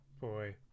Boy